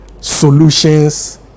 solutions